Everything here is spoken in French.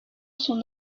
sont